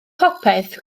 popeth